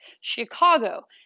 chicago